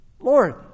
Lord